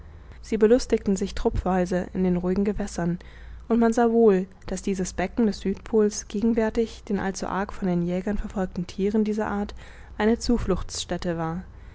sie belustigten sich truppweise in den ruhigen gewässern und man sah wohl daß dieses becken des südpols gegenwärtig den allzu arg von den jägern verfolgten thieren dieser art eine zufluchtsstätte war